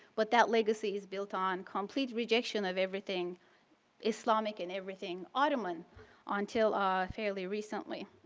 but that legacy is built on complete rejection of everything islamic and everything ottoman until um fairly recently.